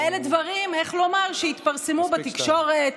אלה דברים, איך לומר, שהתפרסמו בתקשורת.